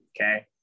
Okay